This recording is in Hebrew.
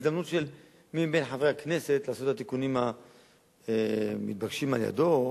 הזדמנות של מי מבין חברי הכנסת לעשות את התיקונים המתבקשים על-ידו,